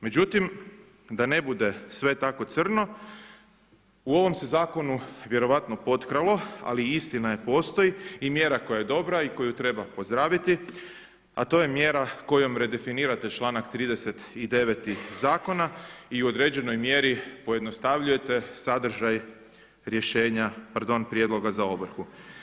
Međutim, da ne bude sve tako crno, u ovom se zakonu vjerojatno potkralo ali istina je postoji, i mjera koja je dobra i koju treba pozdraviti a to je mjera kojom redefinirate članak 39. zakona i u određenoj mjeri pojednostavljujete sadržaj prijedloga za ovrhu.